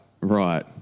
right